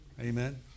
Amen